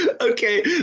Okay